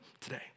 today